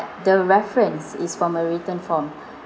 the reference is from a written form